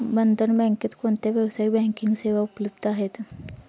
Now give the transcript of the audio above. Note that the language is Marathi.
बंधन बँकेत कोणत्या व्यावसायिक बँकिंग सेवा उपलब्ध आहेत?